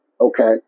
Okay